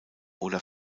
oder